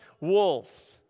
wolves